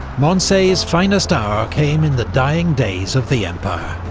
moncey's finest hour came in the dying days of the empire,